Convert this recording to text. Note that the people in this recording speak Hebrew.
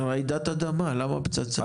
רעידת אדמה, למה פצצה?